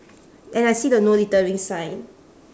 and I see the no littering sign